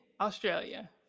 Australia